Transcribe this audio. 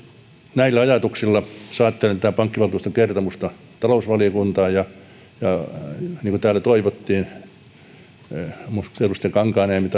näillä ajatuksilla saattelen tätä pankkivaltuuston kertomusta talousvaliokuntaan ja kun täällä toivottiin muistaakseni edustaja kankaanniemi